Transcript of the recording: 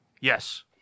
Yes